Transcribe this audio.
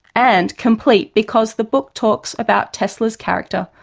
and complete because the book talks about tesla's character,